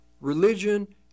Religion